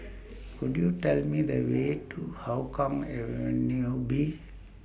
Could YOU Tell Me The Way to Hougang Avenue B